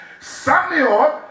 Samuel